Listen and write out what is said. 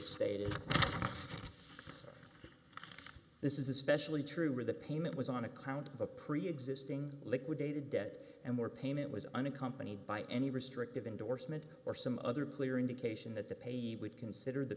stated this is especially true where the payment was on account of a preexisting liquidated debt and more payment was unaccompanied by any restrictive endorsement or some other clear indication that the payee would consider the